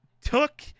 took –